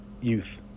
youth